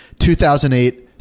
2008